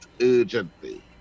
urgently